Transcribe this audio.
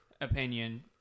opinion